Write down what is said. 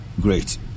great